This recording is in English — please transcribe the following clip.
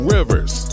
Rivers